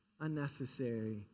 unnecessary